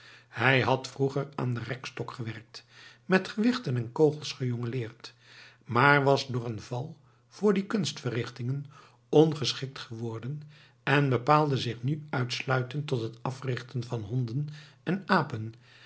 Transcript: hij had vroeger aan den rekstok gewerkt met gewichten en kogels gejongleerd maar was door een val voor die kunstverrichtingen ongeschikt geworden en bepaalde zich nu uitsluitend tot het africhten van honden en apen